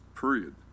period